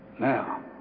Now